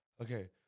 Okay